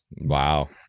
Wow